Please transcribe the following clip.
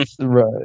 right